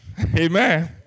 Amen